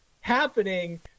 happening